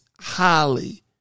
highly